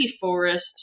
Forest